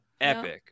epic